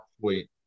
wait